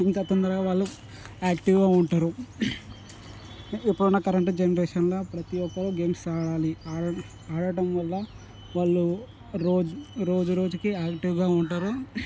ఇంకా తొందరగా వాళ్ళు యాక్టివ్గా ఉంటారు ఇప్పుడున్న కరెంటు జనరేషన్లో ప్రతి ఒక్కరూ గేమ్స్ ఆడాలి ఆడటం ఆడటం వల్ల వాళ్ళు రోజు రోజు రోజుకి యాక్టివ్గా ఉంటారు